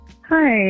Hi